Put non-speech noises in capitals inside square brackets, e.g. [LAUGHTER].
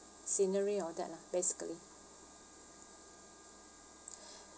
scenery or that lah basically [BREATH]